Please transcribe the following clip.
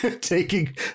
taking